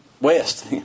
west